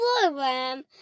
program